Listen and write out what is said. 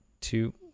two